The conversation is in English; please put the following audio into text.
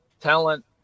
talent